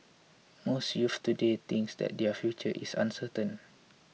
most youths today think that their future is uncertain